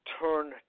turn